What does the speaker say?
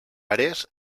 àrees